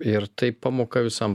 ir tai pamoka visam